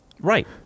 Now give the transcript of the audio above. Right